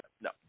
No